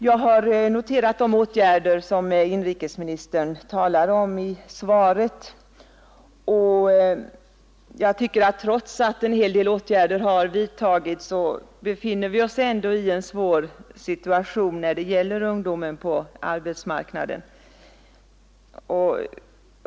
Jag har noterat de åtgärder som inrikesministern talar om i svaret, men trots att en hel del åtgärder har vidtagits befinner vi oss i en svår situation när det gäller ungdomen på arbetsmarknaden.